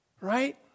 Right